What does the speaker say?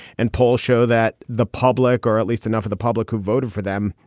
and polls show that the public or at least enough of the public who voted for them,